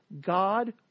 God